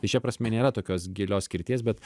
tai šia prasme nėra tokios gilios skirties bet